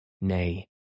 Nay